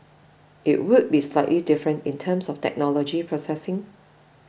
it would be slightly different in terms of technology processing